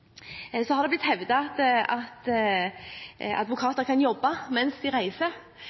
blitt hevdet at advokater kan jobbe mens de reiser.